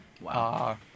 Wow